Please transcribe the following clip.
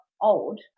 old